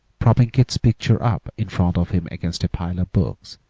propping keith's picture up in front of him against a pile of books,